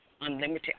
unlimited